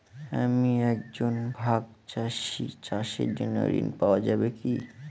আমি একজন ভাগ চাষি চাষের জন্য ঋণ পাওয়া যাবে কি?